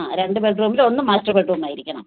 ആ രണ്ട് ബെഡ്റൂമില് ഒന്ന് മാസ്റ്റർ ബെഡ്റൂമായിരിക്കണം